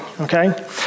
okay